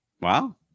Wow